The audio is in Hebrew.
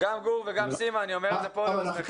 גור וסימה: אני אומר את זה פה בפניכם.